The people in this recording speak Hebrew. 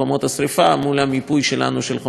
מול המיפוי שלנו של חומרים מסוכנים.